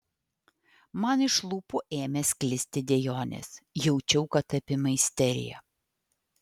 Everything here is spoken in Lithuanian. man iš lūpų ėmė sklisti dejonės jaučiau kad apima isterija